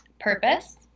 Purpose